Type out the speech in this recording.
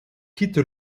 quitte